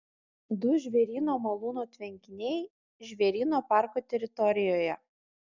du žvėryno malūno tvenkiniai žvėryno parko teritorijoje